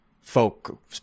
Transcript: folk